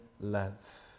love